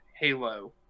Halo